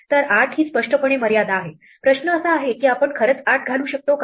तर 8 ही स्पष्टपणे मर्यादा आहे प्रश्न असा आहे की आपण खरंच 8 घालू शकतो का